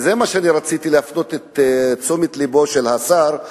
ובזה רציתי להפנות את תשומת לבו של השר: